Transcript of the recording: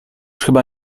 chyba